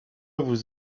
vous